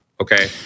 Okay